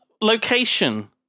location